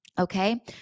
Okay